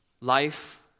Life